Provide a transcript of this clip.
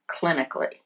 clinically